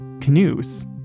canoes